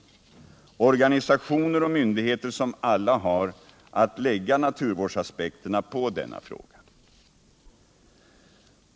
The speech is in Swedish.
Det är organisationer och myndigheter som alla har att lägga naturvårdsaspekterna på denna fråga.